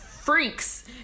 freaks